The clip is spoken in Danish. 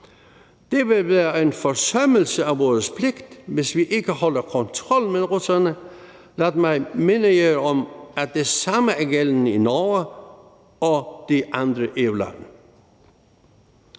Det vil være en forsømmelse af vores pligt, hvis vi ikke holder kontrol med russerne. Lad mig minde jer om, at det samme er gældende i Norge og de andre EU-lande.